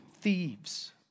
thieves